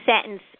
sentence